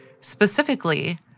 specifically